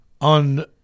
on